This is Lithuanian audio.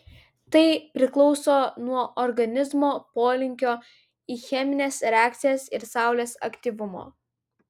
tai priklauso nuo organizmo polinkio į chemines reakcijas ir saulės aktyvumo